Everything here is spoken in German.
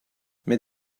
mit